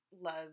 love